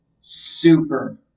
super